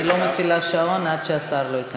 אני לא מפעילה את השעון עד שהשר ייכנס.